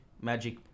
Magic